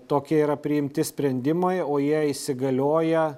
tokie yra priimti sprendimai o jie įsigalioja